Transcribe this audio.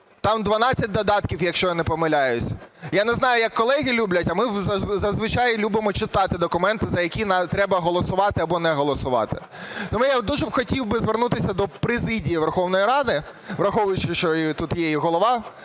Там 12 додатків, якщо я не помиляюсь. Я не знаю, як колеги люблять, а ми зазвичай любимо читати документи, за які треба голосувати або не голосувати. Тому я дуже хотів би звернутися до президії Верховної Ради, враховуючи, що тут є і Голова